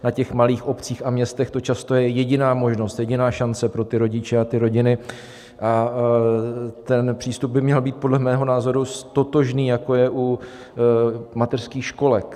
Na malých obcích a městech to často je jediná možnost, jediná šance pro rodiče a rodiny a ten přístup by měl být podle mého názoru totožný, jako je u mateřských školek.